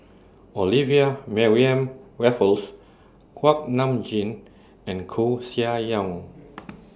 Olivia Mariamne Raffles Kuak Nam Jin and Koeh Sia Yong